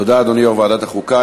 תודה, אדוני יושב-ראש ועדת החוקה.